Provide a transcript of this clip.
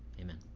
amen